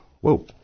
Whoa